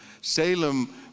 Salem